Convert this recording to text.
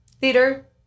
Theater